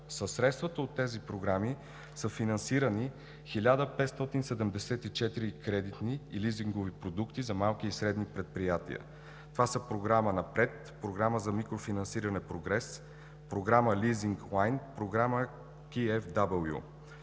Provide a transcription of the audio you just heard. Със средствата от тези програми са финансирани 1574 кредитни и лизингови продукти за малки и средни предприятия. Това са: Програма „Напред“, Програма за микрофинансиране „Прогрес“, Програма за лизинг „Уайн“, Програма KfW, както и